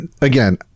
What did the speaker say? again